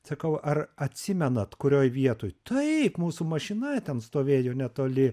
sakau ar atsimenat kurioj vietoj taip mūsų mašina ten stovėjo netoli